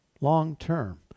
Long-term